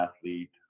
athlete